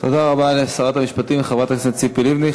תודה רבה לשרת המשפטים חברת הכנסת ציפי לבני.